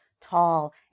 tall